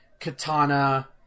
Katana